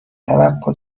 توقع